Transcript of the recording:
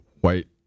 white